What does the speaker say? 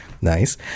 Nice